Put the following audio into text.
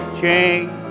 change